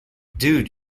dude